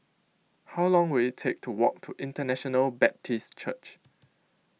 How Long Will IT Take to Walk to International Baptist Church